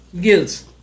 gills